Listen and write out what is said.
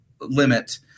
limit